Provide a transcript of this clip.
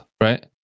right